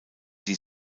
die